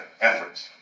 efforts